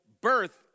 birth